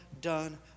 done